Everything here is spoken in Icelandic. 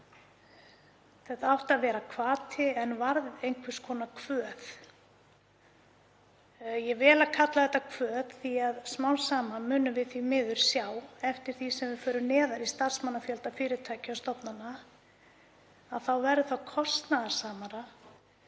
Þetta átti að vera hvati en varð einhvers konar kvöð. Ég vel að kalla þetta kvöð því að smám saman munum við því miður sjá, eftir því sem við förum neðar í starfsmannafjölda fyrirtækja og stofnana, að það verður kostnaðarsamara